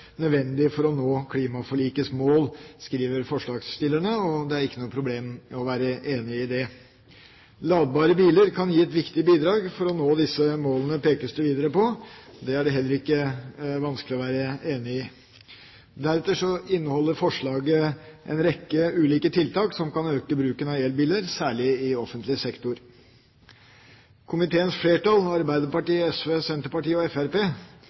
nødvendig for å nå klimaforlikets mål, skriver forslagsstillerne, og det er ikke noe problem å være enig i det. Ladbare biler kan gi et viktig bidrag for å nå disse målene, pekes det videre på. Det er det heller ikke vanskelig å være enig i. Deretter inneholder forslaget en rekke ulike tiltak som kan øke bruken av elbiler, særlig i offentlig sektor. Komiteens flertall, Arbeiderpartiet, SV, Senterpartiet og